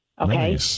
Okay